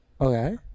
Okay